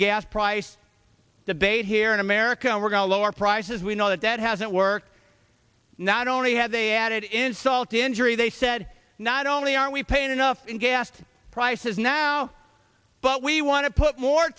gas price debate here in america and we're going to lower prices we know that that hasn't worked not only had they added insult to injury they said not only are we paying enough in gas prices now but we want to put more